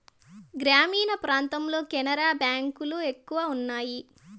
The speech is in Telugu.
గ్రామీణ ప్రాంతాల్లో కెనరా బ్యాంక్ లు ఎక్కువ ఉన్నాయి